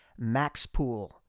MAXPOOL